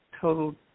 total